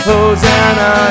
Hosanna